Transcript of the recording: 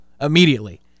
Immediately